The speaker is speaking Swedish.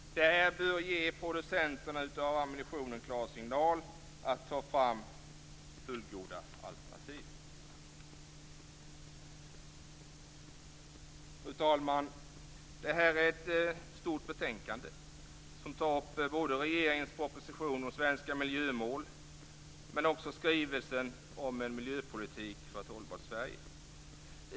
Detta bör ge producenterna av ammunition en klar signal om att de skall ta fram fullgoda alternativ. Fru talman! Detta är ett omfattande betänkande som tar upp både regeringens proposition om svenska miljömål och skrivelsen om en miljöpolitik för ett hållbart Sverige.